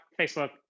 Facebook